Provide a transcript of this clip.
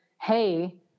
hey